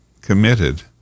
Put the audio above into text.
committed